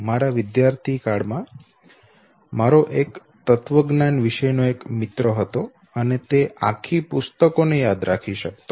મારા વિદ્યાર્થીકાળમાં મારો એક તત્વજ્ઞાન વિષય નો મિત્ર હતો અને તે આખી પુસ્તક ને યાદ રાખી શકતો